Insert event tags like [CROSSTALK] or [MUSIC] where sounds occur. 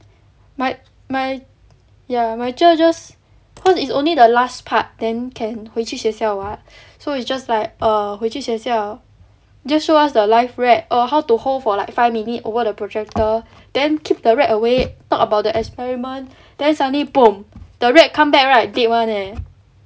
my my ya my teacher cause it's only the last part then can 回去学校 [what] so it's just like err 回去学校 just show us the live rat oh how to hold for like five minute over the projector then keep the rat away talk about the experiment then suddenly [NOISE] the rat come back right dead [one] leh